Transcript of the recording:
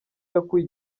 yakuye